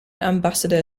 ambassador